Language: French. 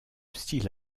style